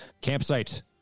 Campsite